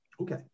Okay